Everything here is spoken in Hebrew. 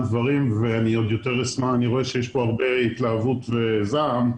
אני רואה שיש כאן הרבה התלהבות וזעם,